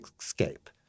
escape